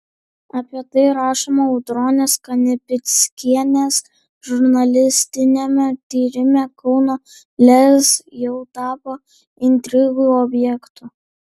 apie tai rašoma audronės kanapickienės žurnalistiniame tyrime kauno lez jau tapo intrigų objektu